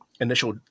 initial